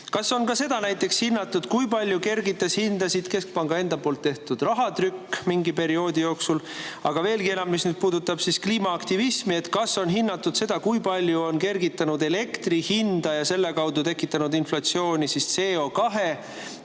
Kas on hinnatud näiteks ka seda, kui palju kergitas hindasid keskpanga enda tehtud rahatrükk mingi perioodi jooksul? Aga veelgi enam – see nüüd puudutab kliimaaktivismi –, kas on hinnatud seda, kui palju on kergitanud elektri hinda ja selle kaudu tekitanud inflatsiooni CO2trahvi